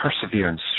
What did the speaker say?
perseverance